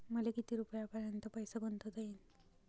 मले किती रुपयापर्यंत पैसा गुंतवता येईन?